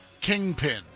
Kingpin